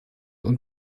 und